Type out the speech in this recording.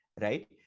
right